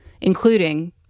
including